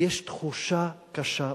יש תחושה קשה בציבור,